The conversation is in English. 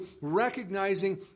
recognizing